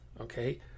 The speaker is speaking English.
okay